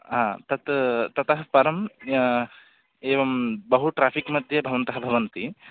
हा तत् ततः परं एवं बहु ट्राफ़िक् मध्ये भवन्तः भवन्ति